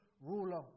ruler